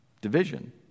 division